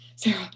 Sarah